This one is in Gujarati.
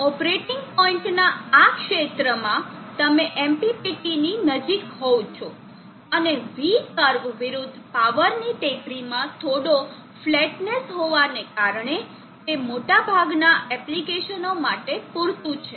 ઓપરેટિંગ પોઇન્ટના આ ક્ષેત્રમાં તમે MPPTની નજીક હોવ છો અને V કર્વ વિરુદ્ધ પાવરની ટેકરીમાં થોડો ફ્લેટનેસ હોવાને કારણે તે મોટાભાગના એપ્લિકેશનો માટે પૂરતું છે